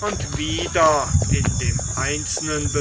und wieder in dem einzelnen